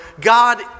God